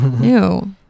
Ew